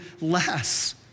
less